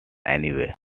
anyway